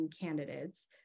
candidates